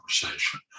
conversation